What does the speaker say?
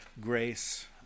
grace